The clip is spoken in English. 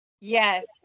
Yes